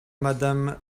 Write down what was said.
madame